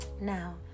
Now